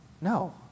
No